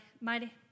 mighty